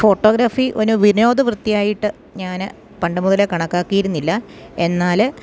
photography ഒരു വിനോദ വൃത്തിയായിട്ട് ഞാൻ പണ്ട് മുതലേ കണക്കാക്കിയിരുന്നില്ല എന്നാൽ